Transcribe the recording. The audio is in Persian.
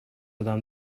آدم